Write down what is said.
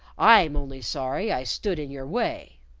i'm only sorry i stood in your way.